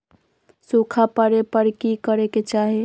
सूखा पड़े पर की करे के चाहि